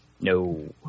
No